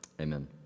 Amen